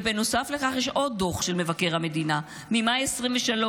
ובנוסף לכך יש עוד דוח של מבקר המדינה, ממאי 2023,